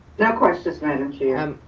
no questions madam chair.